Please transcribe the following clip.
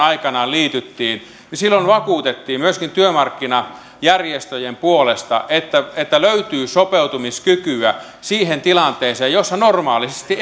aikoinaan liityttiin vakuutettiin myöskin työmarkkinajärjestöjen puolesta että että löytyy sopeutumiskykyä siihen tilanteeseen jossa normaalisti